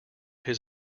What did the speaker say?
his